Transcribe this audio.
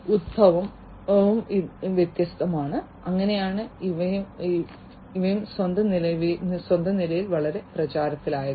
ഉത്ഭവവും വ്യത്യസ്തമാണ് അങ്ങനെയാണ് ഇവയും സ്വന്തം നിലയിൽ വളരെ പ്രചാരത്തിലായത്